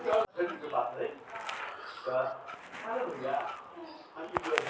गेहूं के काटे के लेल कोन मसीन अच्छा छै आर ओ कतय भेटत?